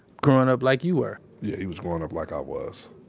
growin' up like you were yeah. he was growing up like i was.